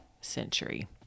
century